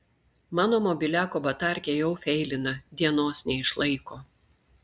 mano mobiliako batarkė jau feilina dienos neišlaiko